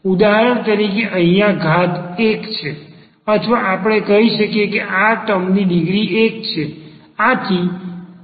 ઉદાહરણ તરીકે અહિયાં ઘાત 1 છે અથવા આપણે કહી શકીએ કે આ ટર્મ ની ડિગ્રી 1 છે